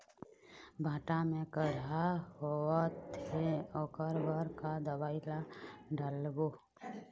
भांटा मे कड़हा होअत हे ओकर बर का दवई ला डालबो?